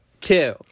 two